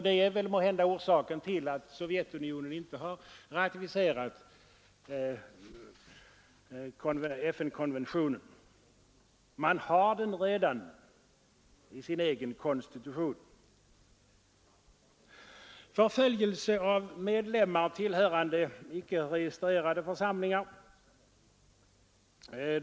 Detta är måhända orsaken till att Sovjetunionen inte har ratificerat FN-konventionen — man har den faktiskt redan i sin egen konstitution.